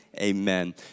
amen